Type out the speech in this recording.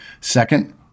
Second